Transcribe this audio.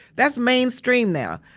that's mainstream now.